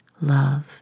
love